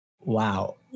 Wow